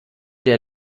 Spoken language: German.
der